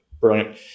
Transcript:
Brilliant